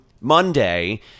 Monday